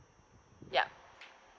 yeah